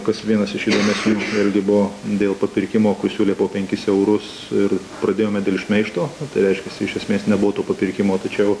kas vienas iš meškuičių irgi buvo dėl papirkimo pasiūlė po penkis eurus ir pradėjome dėl šmeižto tai reiškiasi iš esmės nebūtų papirkimo tačiau